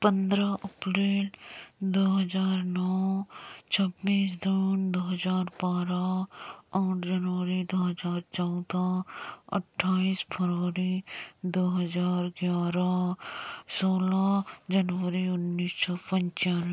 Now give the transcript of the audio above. पंद्रह अप्रैल दो हज़ार नौ छब्बीस जून दो हज़ार बारह आठ जनवरी दो हज़ार चौदह अट्ठाईस फरवरी दो हज़ार ग्यारह सोलह जनवरी उन्नीस सौ पंचान